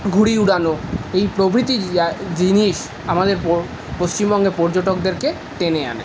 ঘুড়ি ওড়ানো এই প্রভৃতি জিনিস আমাদের পশ্চিমবঙ্গে পর্যটকদেরকে টেনে আনে